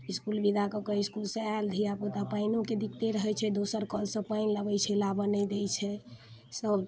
इसकुल विदा कऽ कऽ इसकुलसँ आयल धियापुता पाइनोके दिकते रहै छै दोसर कलसँ पानि लबै छियै लाबऽ नहि दै छै सभ